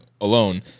alone